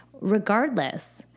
regardless